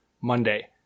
Monday